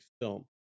film